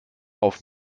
auf